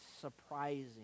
surprising